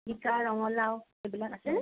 জিকা ৰঙালাউ এইবিলাক আছেনে